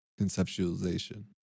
conceptualization